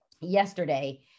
yesterday